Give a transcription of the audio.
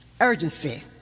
urgency